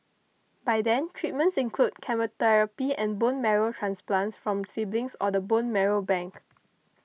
by then treatments include chemotherapy and bone marrow transplants from siblings or the bone marrow bank